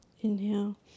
Inhale